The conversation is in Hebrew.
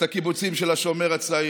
את הקיבוצים של השומר הצעיר,